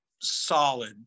solid